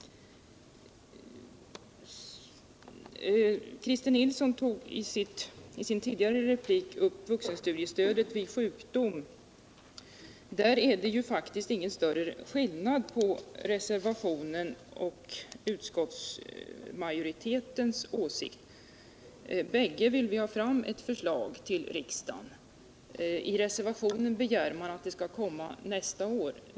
Christer Nilsson tog i sin tidigare replik upp vuxenstudiestödet vid sjukdom. Men där är det faktiskt inte någon större skillnad mellan reservanternas åsikt och utskottsmajoritetens. Vi vill på båda håll ha fram ett förslag till riksdagen. I reservationen begär man att förslaget skall komma nästa år.